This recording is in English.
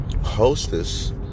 hostess